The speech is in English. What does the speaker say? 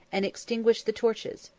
and extinguishing the torches,